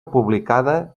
publicada